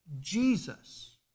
Jesus